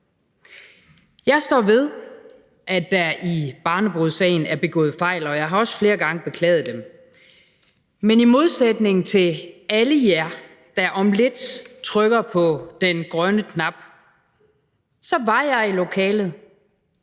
Jeg står ved, at der i barnebrudsagen er begået fejl, og jeg har også flere gange beklaget dem, men i modsætning til alle jer, der om lidt trykker på den grønne knap, så var jeg i lokalet.